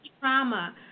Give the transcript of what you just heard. trauma